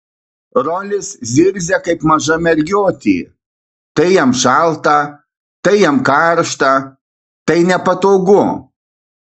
rolis zirzia kaip maža mergiotė tai jam šalta tai jam karšta tai nepatogu